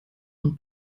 und